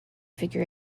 figure